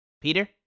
Peter